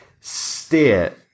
steer